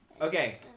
Okay